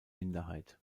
minderheit